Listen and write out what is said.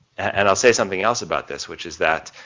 and i'll say something else about this which is that,